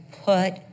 put